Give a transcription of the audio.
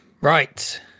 Right